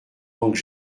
manque